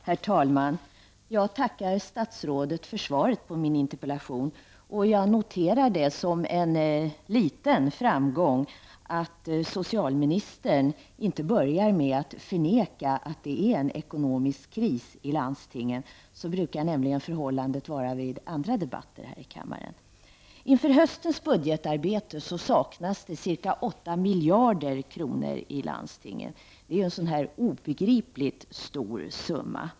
Herr talman! Jag tackar statsrådet för svaret på min interpellation. Jag noterar det som en liten framgång att socialministern inte började med att förneka att det är en ekonomisk kris i landstingen. Så brukar förhållandet vara i andra debatter här i riksdagen. Inför höstens budgetarbete saknas ca 8 miljarder i landstingen. Det är en obegripligt stor summa.